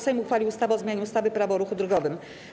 Sejm uchwalił ustawę o zmianie ustawy - Prawo o ruchu drogowym.